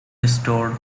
restored